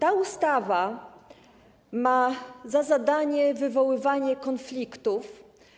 Ta ustawa ma za zadanie wywoływanie konfliktów.